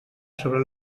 sobre